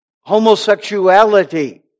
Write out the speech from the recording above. homosexuality